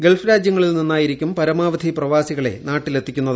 Gulf രാജ്യങ്ങളിൽ നിന്നായിരിക്കും പരമാവധി പ്രവാസികളെ നാട്ടിലെത്തിക്കുന്നത്